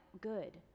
good